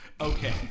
Okay